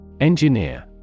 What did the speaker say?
Engineer